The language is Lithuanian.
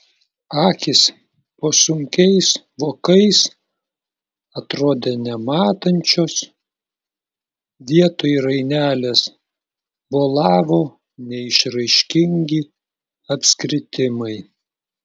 akys po sunkiais vokais atrodė nematančios vietoj rainelės bolavo neišraiškingi apskritimai